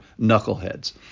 knuckleheads